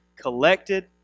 collected